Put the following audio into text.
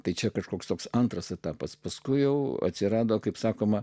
tai čia kažkoks toks antras etapas paskui jau atsirado kaip sakoma